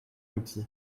outil